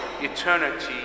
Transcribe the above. eternity